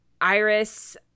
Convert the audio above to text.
iris